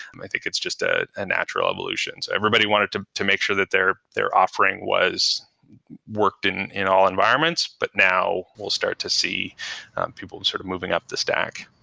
i think it's just a and natural evolution. everybody wanted to to make sure that their their offering was working in in all environments, but now we'll start to see people and sort of moving up the stack.